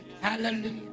Hallelujah